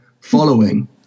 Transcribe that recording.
following